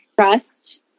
trust